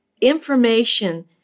information